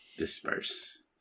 disperse